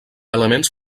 elements